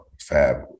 Fab